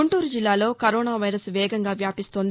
గుంటూరు జిల్లాలో కరోనా వేగంగా వ్యాప్తిస్తోంది